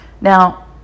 Now